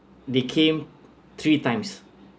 they came three times